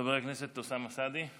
חבר הכנסת אוסאמה סעדי?